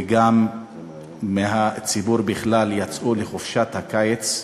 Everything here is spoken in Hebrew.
וגם מהציבור בכלל, יצאו לחופשת הקיץ,